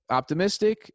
optimistic